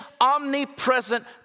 omnipresent